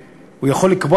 עוד דוברים חיצוניים?